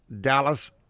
Dallas